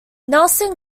nelson